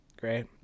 Great